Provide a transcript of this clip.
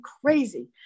crazy